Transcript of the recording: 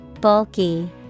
Bulky